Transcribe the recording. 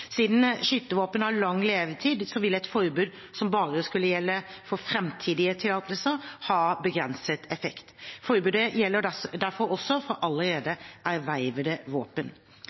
Siden skytevåpen har lang levetid, ville et forbud som bare skulle gjelde for framtidige tillatelser, ha begrenset effekt. Forbudet gjelder derfor også for allerede ervervede våpen.